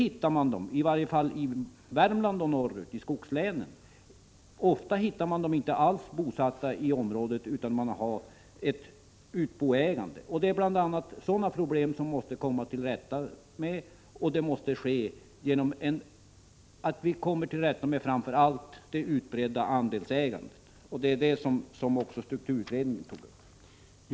I varje fall i Värmland och norrut, i skogslänen, är ägarna ofta inte alls bosatta i området, utan det är fråga om ett utboägande. Det är bl.a. sådana problem som vi måste komma till rätta med, och det måste framför allt ske genom att vi kommer till rätta med det utbredda andelsägandet. Det var också detta som strukturutredningen tog upp.